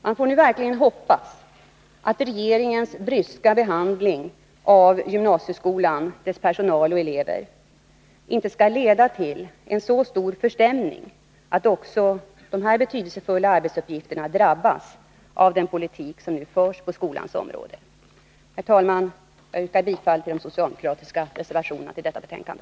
Man får nu verkligen hoppas att regeringens bryska behandling av gymnasieskolan, dess personal och elever, inte skall leda till en så stor förstämning att också de här betydelsefulla arbetsuppgifterna drabbas av den politik som nu förs på skolans område. Herr talman! Jag yrkar bifall till de socialdemokratiska reservationer som är fogade till detta betänkande.